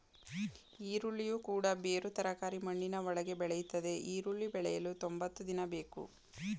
ಈರುಳ್ಳಿಯು ಕೂಡ ಬೇರು ತರಕಾರಿ ಮಣ್ಣಿನ ಒಳಗೆ ಬೆಳೆಯುತ್ತದೆ ಈರುಳ್ಳಿ ಬೆಳೆಯಲು ತೊಂಬತ್ತು ದಿನ ಬೇಕು